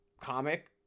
comic